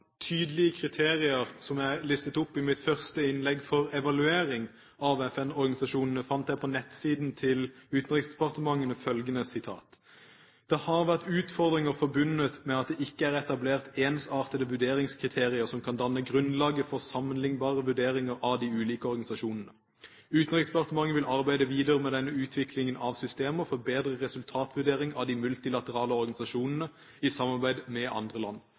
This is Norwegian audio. tydelige kriterier, som jeg listet opp i mitt første innlegg, for evaluering av FN-organisasjonene, fant jeg på nettsiden til Utenriksdepartementet følgende sitat: «Det har vært utfordringer forbundet med at det ikke er etablert ensartede vurderingskriterier som kan danne grunnlag for en sammenlignbar vurdering av de ulike organisasjonene. Utenriksdepartementet vil arbeide videre med utvikling av systemer for bedre resultatvurdering av de multilaterale organisasjonene i samarbeid med andre land.»